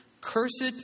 Cursed